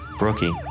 Brookie